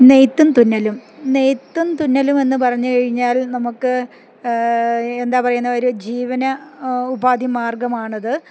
നെയ്ത്തും തുന്നലും നെയ്ത്തും തുന്നലും എന്ന് പറഞ്ഞു കഴിഞ്ഞാൽ നമുക്ക് എന്താ പറയുന്നത് ഒരു ജീവന ഉപാധി മാർഗ്ഗമാണത്